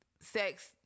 sex